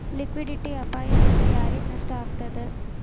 Liquidity ಅಪಾಯ ದಿಂದಾ ಯಾರಿಗ್ ನಷ್ಟ ಆಗ್ತದ?